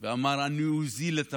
ואמר: אני אוריד את המחירים.